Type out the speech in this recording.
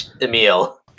Emil